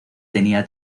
tenía